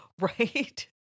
Right